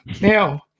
Now